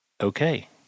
okay